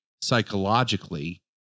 psychologically